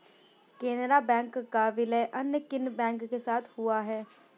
Canara bank का विलय अन्य किन बैंक के साथ हुआ है?